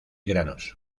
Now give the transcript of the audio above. granos